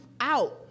out